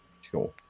sure